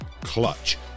clutch